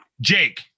Jake